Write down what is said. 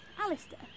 Alistair